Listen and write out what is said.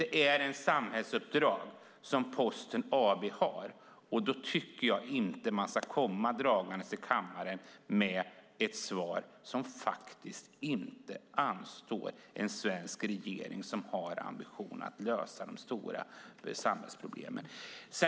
Det är ett samhällsuppdrag som Posten AB har, och då tycker jag inte att man ska komma till kammaren med ett svar som inte anstår en svensk regering som har ambitionen att lösa de stora samhällsproblemen.